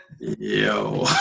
Yo